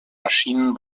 maschinen